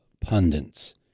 pundits